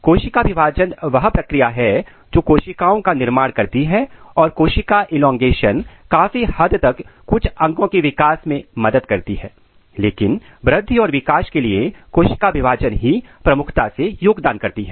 कोशिका विभाजन वह प्रक्रिया है जो कोशिकाओं का निर्माण करती है और कोशिका एलॉन्गेशन काफी हद तक कुछ अंगों के विकास में मदद करती है लेकिन वृद्धि और विकास के लिए कोशिका विभाजन ही प्रमुखता से योगदान करती है